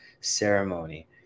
ceremony